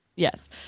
Yes